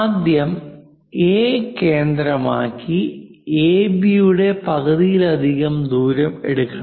ആദ്യം എ കേന്ദ്ര മാക്കി എബി യുടെ പകുതിയിലധികം ദൂരം എടുക്കണം